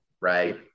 right